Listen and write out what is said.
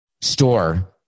store